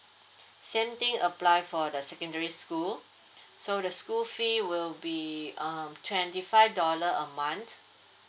same thing apply for the secondary school so the school fee will be um twenty five dollar a month